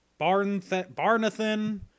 Barnathan